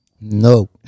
No